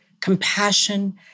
compassion